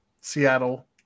Seattle